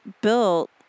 built